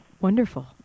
Wonderful